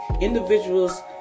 individuals